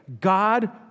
god